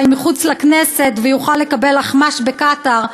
מחוץ לכנסת ויוכל לקבל אחמ"ש בקטאר,